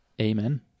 Amen